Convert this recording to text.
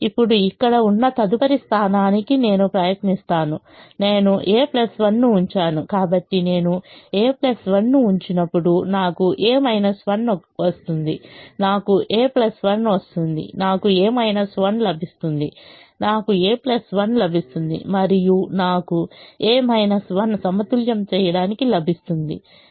ఇప్పుడు ఇక్కడ ఉన్న తదుపరి స్థానానికి నేను ప్రయత్నిస్తాను నేను a 1 ను ఉంచాను కాబట్టి నేను a 1 ను ఉంచినప్పుడు నాకు a 1 వస్తుంది నాకుa 1 వస్తుంది నాకు a 1 లభిస్తుంది నాకు a 1 లభిస్తుంది మరియు నాకు a 1 సమతుల్యం చేయడానికి లభిస్తుంది